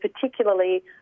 particularly